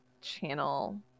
channel